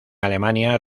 alemania